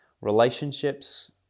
Relationships